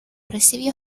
recibió